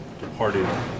departed